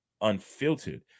unfiltered